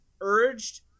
urged